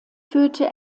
führte